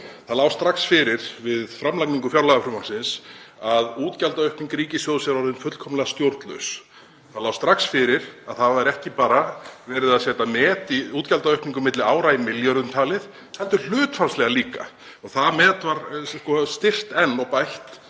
Það lá strax fyrir við framlagningu fjárlagafrumvarpsins að útgjaldaaukning ríkissjóðs er orðin fullkomlega stjórnlaus. Það lá strax fyrir að það væri ekki bara verið að setja met í útgjaldaaukningu milli ára í milljörðum talið heldur hlutfallslega líka. Það met var styrkt enn og bætt